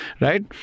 Right